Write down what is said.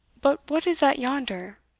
but what is that yonder?